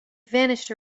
vanished